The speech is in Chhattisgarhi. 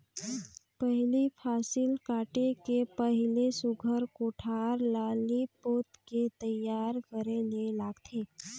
पहिले फसिल काटे के पहिले सुग्घर कोठार ल लीप पोत के तइयार करे ले लागथे